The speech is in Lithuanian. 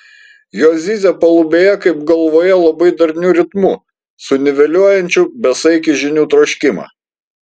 jos zyzia palubėje kaip galvoje labai darniu ritmu suniveliuojančiu besaikį žinių troškimą